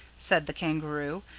said the kangaroo,